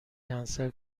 کنسل